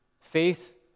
Faith